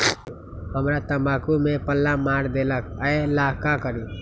हमरा तंबाकू में पल्ला मार देलक ये ला का करी?